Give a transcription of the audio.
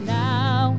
now